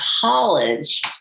college